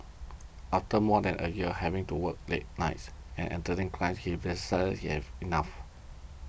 after more than a year of having to work late nights and Entertain Clients he decided he had enough